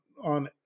on